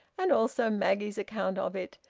and also maggie's account of it,